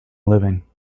living